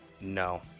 No